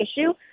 issue